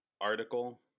article